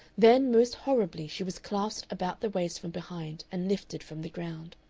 then most horribly she was clasped about the waist from behind and lifted from the ground.